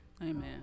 Amen